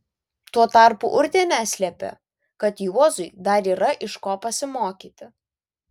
tuo tarpu urtė neslėpė kad juozui dar yra iš ko pasimokyti